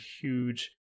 huge